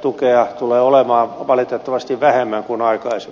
tukea tulee olemaan valitettavasti vähemmän kuin aikaisemmin